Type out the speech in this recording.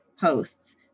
posts